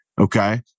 Okay